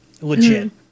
Legit